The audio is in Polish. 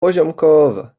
poziomkowe